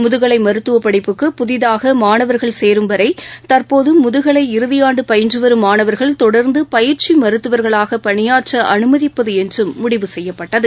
முதுகலை மருத்துவப் படிப்புக்கு புதிதாக மாணவர்கள் சேரும் வரை தற்போது முதுகலை இறுதியாண்டு பயின்று வரும் மாணவர்கள் தொடர்ந்து பயிற்சி மருத்துவர்களாக பணியாற்ற அனுமதிப்பது என்றும் முடிவு செய்யப்பட்டது